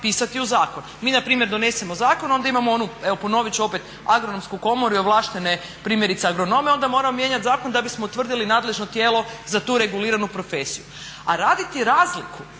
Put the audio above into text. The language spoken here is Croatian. pisati u zakon. Mi npr. donesemo zakon i onda imamo onu evo ponovit ću opet Agronomsku komoru i ovlaštene primjerice agronome i onda moramo mijenjati zakon da bismo utvrdili nadležno tijelo za tu reguliranu profesiju. A raditi razliku